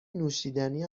نوشیدنی